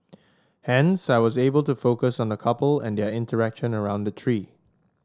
hence I was able to focus on the couple and their interaction around the tree